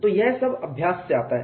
तो यह सब अभ्यास से आता है